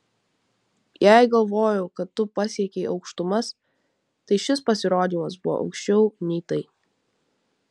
jei galvojau kad tu pasiekei aukštumas tai šis pasirodymas buvo aukščiau nei tai